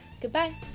goodbye